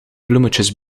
bloemetjes